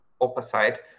opposite